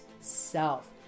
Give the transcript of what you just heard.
self